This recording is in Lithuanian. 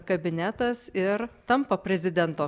kabinetas ir tampa prezidento